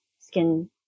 skin